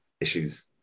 issues